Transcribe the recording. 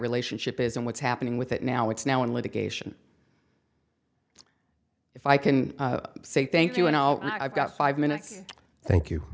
relationship is and what's happening with it now it's now in litigation if i can say thank you and i've got five minutes thank you